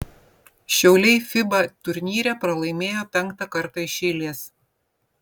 šiauliai fiba turnyre pralaimėjo penktą kartą iš eilės